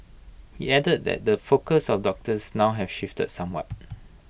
he added that the focus of doctors now have shifted somewhat